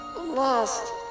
Lost